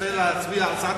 רוצה להצביע על הצעת